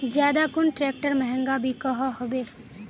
ज्यादा कुन ट्रैक्टर महंगा बिको होबे?